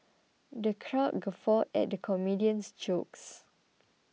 the crowd guffawed at the comedian's jokes